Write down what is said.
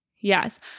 yes